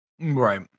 Right